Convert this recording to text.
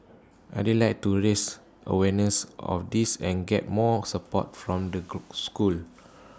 I'd like to raise awareness of this and get more support from the schools